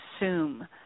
assume